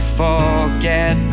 forget